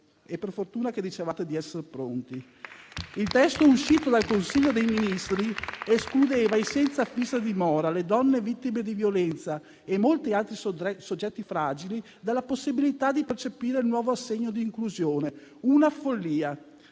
e per fortuna che dicevate di essere pronti! Il testo uscito dal Consiglio dei Ministri escludeva i senza fissa dimora, le donne vittime di violenza e molti altri soggetti fragili, dalla possibilità di percepire il nuovo assegno di inclusione. Una follia!